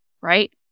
right